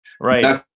Right